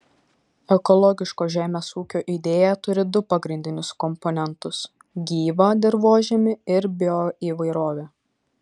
ekologiško žemės ūkio idėja turi du pagrindinius komponentus gyvą dirvožemį ir bioįvairovę